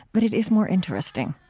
but it is more interesting.